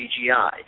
CGI